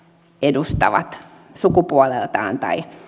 edustavat sukupuoleltaan tai